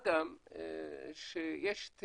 מה גם שיש את